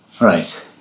Right